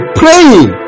praying